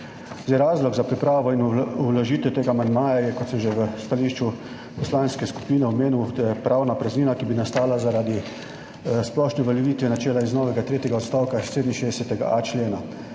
Razlog za pripravo in vložitev tega amandmaja je, kot sem že v stališču poslanske skupine omenil, pravna praznina, ki bi nastala zaradi splošne uveljavitve načela iz novega tretjega odstavka 67.a člena,